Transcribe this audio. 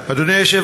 ואחריו,